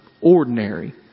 ordinary